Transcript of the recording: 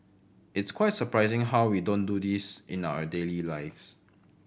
it's quite surprising how we don't do this in our daily lives